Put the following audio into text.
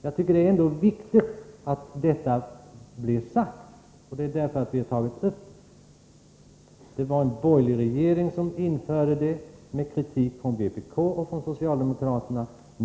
Jag tycker det är viktigt att detta blir sagt, och det är därför vi har tagit upp det: Det var en borgerlig regering som införde det nya sättet, och den fick kritik från vpk och från socialdemokraterna.